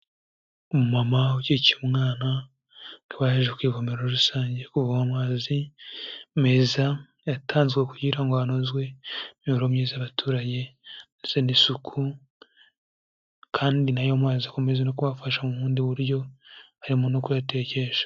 Umumama ukikiye umwana, akaba yaje ku ivomero rusange kuvoma amazi meza, yatanzwe kugira ngo hanozwe imiberero myiza y'abaturage ndetse n'isuku, kandi n'ayo mazi akomeza no kubafasha mu bundi buryo, harimo no kuyatekesha.